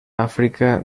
áfrica